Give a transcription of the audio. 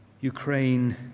Ukraine